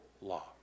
law